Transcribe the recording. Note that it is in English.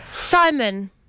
Simon